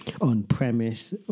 on-premise